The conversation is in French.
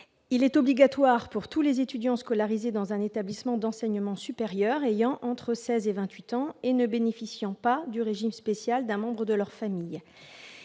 est obligatoire pour tous les étudiants scolarisés dans un établissement d'enseignement supérieur âgés de seize à vingt-huit ans et ne bénéficiant pas du régime spécial d'un membre de leur famille.